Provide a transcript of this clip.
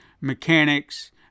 mechanics